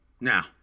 Now